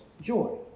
joy